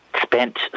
spent